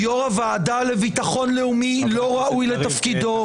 יו"ר הוועדה לביטחון לאומי לא ראוי לתפקידו.